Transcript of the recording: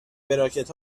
براکت